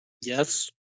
Yes